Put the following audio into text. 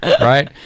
right